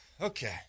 Okay